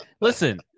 listen